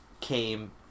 came